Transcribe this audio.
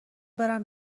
برم